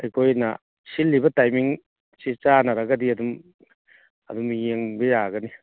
ꯑꯩꯈꯣꯏꯅ ꯁꯤꯜꯂꯤꯕ ꯇꯥꯏꯃꯤꯡꯁꯤ ꯆꯥꯟꯅꯔꯒꯗꯤ ꯑꯗꯨꯝ ꯌꯦꯡꯕ ꯌꯥꯒꯅꯤ